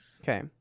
Okay